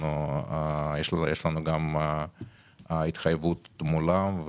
יש לנו התחייבות מולן,